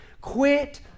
quit